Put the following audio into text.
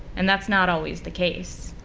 and that's not always the case.